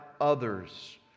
others